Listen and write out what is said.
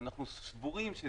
אנחנו סבורים,